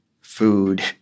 food